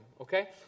Okay